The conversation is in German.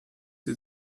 sie